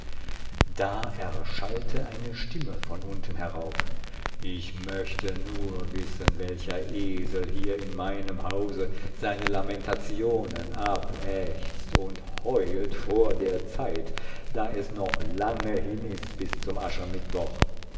da erschallte eine stimme von unten herauf ich möchte nur wissen welcher esel hier in meinem hause seine lamentationen abächzt und heult vor der zeit da es noch lange hin ist bis zum aschermittwoch